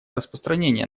распространение